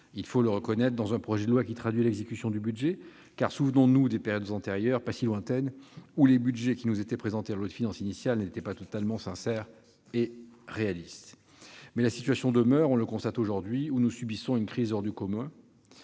Il faut le reconnaître dans un projet de loi qui traduit l'exécution du budget : souvenons-nous des périodes antérieures, pas si lointaines, où les budgets qui nous étaient présentés en loi de finances initiale n'étaient pas totalement sincères et réalistes. Toujours est-il que les difficultés demeurent- on le constate aujourd'hui, où nous subissons une crise hors du commun.